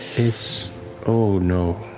it's oh no.